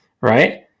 right